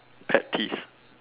pet peeves